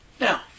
Now